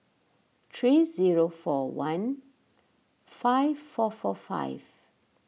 three zero four one five four four five